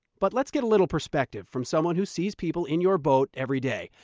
but let's get a little perspective from someone who sees people in your boat every day.